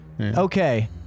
Okay